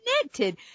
connected